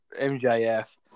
MJF